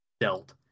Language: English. dealt